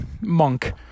monk